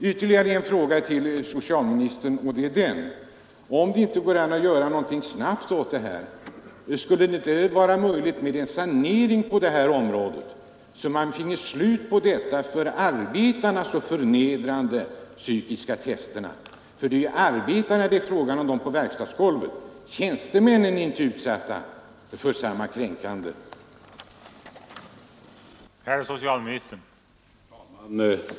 Ytterligare en fråga till socialministern: Om det inte går att snabbt göra någonting åt detta missförhållande skulle det inte vara möjligt med en sanering på området så att man finge slut på dessa för arbetarna så förnedrande psykiska test? Det är ju fråga om arbetarna på verkstadsgolvet — tjänstemännen är inte utsatta för samma kränkande tester.